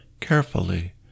carefully